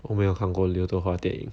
我没有看过刘德华电影